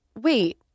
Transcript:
Wait